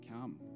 come